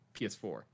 PS4